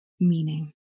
meaning